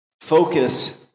Focus